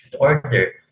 order